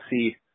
see